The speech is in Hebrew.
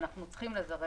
ואנחנו צריכים לזרז את זה.